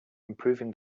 improving